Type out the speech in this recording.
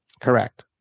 Correct